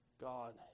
God